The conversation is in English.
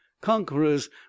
conquerors